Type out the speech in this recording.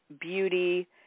beauty